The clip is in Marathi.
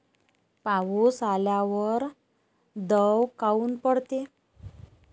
पाऊस आल्यावर दव काऊन पडते?